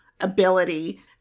ability